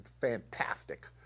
fantastic